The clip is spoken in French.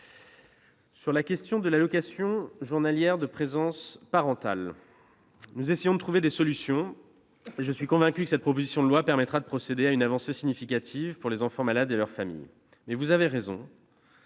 Sur la question de l'allocation journalière de présence parentale, l'AJPP, nous essayons de trouver des solutions. Je suis convaincu que cette proposition de loi permettra de procéder à une avancée significative pour les enfants malades et leurs familles. Mais vous avez raison